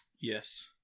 Yes